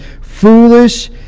foolish